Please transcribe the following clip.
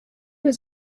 was